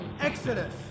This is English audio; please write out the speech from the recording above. Exodus